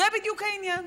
זה בדיוק העניין.